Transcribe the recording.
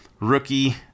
Rookie